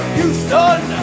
Houston